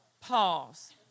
Pause